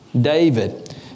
David